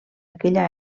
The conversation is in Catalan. aquella